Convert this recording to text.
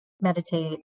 meditate